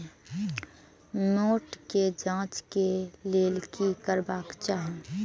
मैट के जांच के लेल कि करबाक चाही?